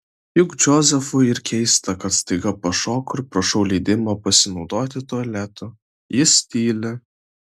jei džozefui ir keista kad staiga pašoku ir prašau leidimo pasinaudoti tualetu jis tyli